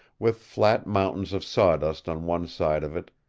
with flat mountains of sawdust on one side of it,